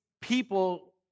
people